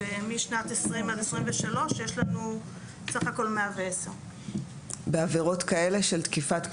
משנת 2020 עד 2023 יש לנו סך הכול 110. בעבירות כאלה של תקיפת קטין,